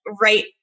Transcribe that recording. right